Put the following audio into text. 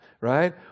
right